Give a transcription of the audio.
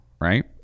right